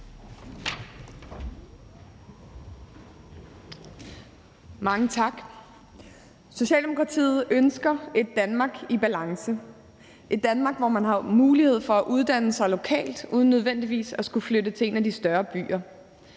Mange tak. Socialdemokratiet ønsker et Danmark i balance – et Danmark, hvor man har mulighed for at uddanne sig lokalt uden nødvendigvis at skulle flytte til en af de større byer.